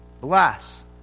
Bless